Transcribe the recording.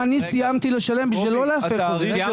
אם אני סיימתי לשלם בשביל לא להפר חוזה.